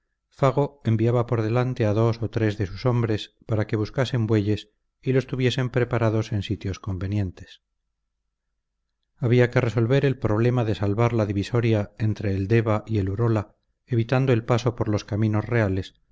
enviaba por delante a dos o tres de sus hombres para que buscasen bueyes y los tuviesen preparados en sitios convenientes había que resolver el problema de salvar la divisoria entre el deva y el urola evitando el paso por los caminos reales